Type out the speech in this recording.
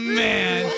man